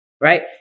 right